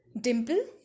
Dimple